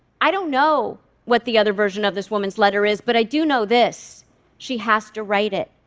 i don't know what the other version of this woman's letter is, but i do know this she has to write it.